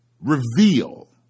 reveal